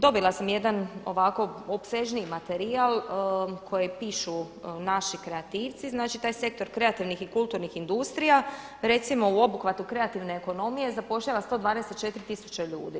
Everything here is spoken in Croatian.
Dobila sam jedan opsežniji materijal koji pišu naši kreativci, znači taj sektor kreativnih i kulturnih industrija recimo u obuhvatu kreativne ekonomije zapošljava 124 tisuće ljudi.